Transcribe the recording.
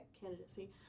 candidacy